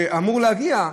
שאמור להגיע,